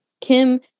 Kim